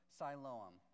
siloam